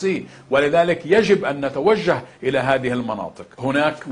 C. ולכן עלינו לפקוד את האזורים האלה.